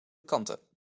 kanten